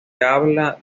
habla